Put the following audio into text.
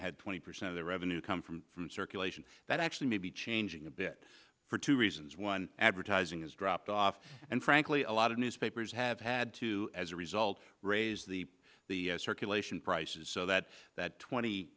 had twenty percent of their revenue come from from circulation that actually may be changing a bit for two reasons one advertising has dropped off and frankly a lot of newspapers have had to as a result raise the the circulation prices so that that twenty